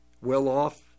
well-off